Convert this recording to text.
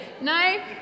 No